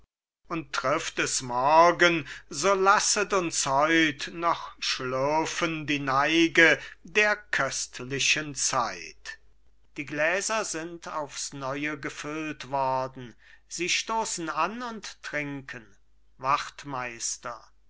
und trifft es morgen so lasset uns heut noch schlürfen die neige der köstlichen zeit die gläser sind aufs neue gefüllt worden sie stoßen an und trinken wachtmeister